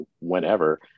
whenever